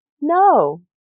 no